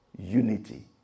unity